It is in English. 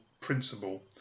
principle